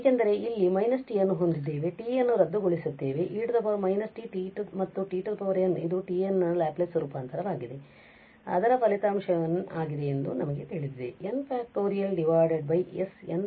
ಏಕೆಂದರೆ ನಾವು ಅಲ್ಲಿ t ಅನ್ನು ಹೊಂದಿದ್ದೇವೆ ಮತ್ತು t ಅನ್ನು ರದ್ದುಗೊಳಿಸುತ್ತೇವೆ ಆದ್ದರಿಂದ e −st ಮತ್ತು t n ಇದು t n ನ ಲ್ಯಾಪ್ಲೇಸ್ ರೂಪಾಂತರವಾಗಿದೆ ಮತ್ತು ಅದರ ಫಲಿತಾಂಶವು n ಆಗಿದೆ ಎಂದು ನಮಗೆ ತಿಳಿದಿದೆ n